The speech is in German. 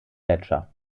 gletscher